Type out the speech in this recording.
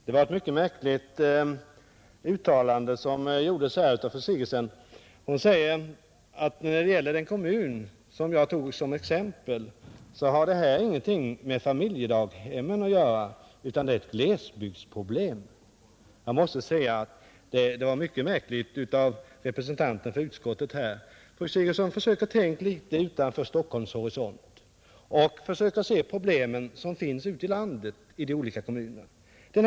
Herr talman! Fru Sigurdsen gjorde ett mycket märkligt uttalande. Hon säger att förhållandena i den kommun jag tog som exempel inte har någonting med familjedaghemmen att göra utan att detta är ett glesbygdsproblem. Det var märkligt att representanten för utskottsmajoriteten kunde göra detta uttalande. Försök, fru Sigurdsen, att tänka litet utanför Stockholms horisont och försök att se till de problem som finns ute i landet i de olika kommunerna!